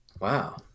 Wow